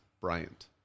Bryant